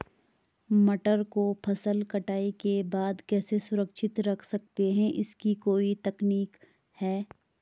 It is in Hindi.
मटर को फसल कटाई के बाद कैसे सुरक्षित रख सकते हैं इसकी कोई तकनीक है?